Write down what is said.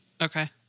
Okay